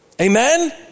Amen